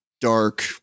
dark